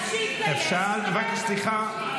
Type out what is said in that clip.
מה אשמות הנשים --- היא יוצאת ב-06:00 לעבודה --- מגדלת עשרה ילדים.